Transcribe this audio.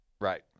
Right